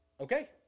Okay